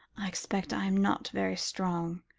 i expect i am not very strong,